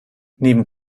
neben